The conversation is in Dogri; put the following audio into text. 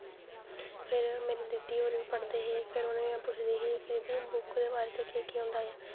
फिर मेरे दीदी होर बी पढ़दे हे फिर में उ'नें गी पुछदी ही बुक्क दे बारे च केह् केह् होंदा ऐ